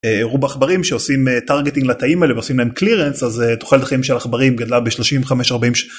הראו בעכברים שעושים טרגטינג לתאים אלה ועושים להם קלירנס אז תוחלת החיים של העכברים גדלה ב 35 40.